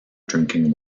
drinking